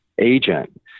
agent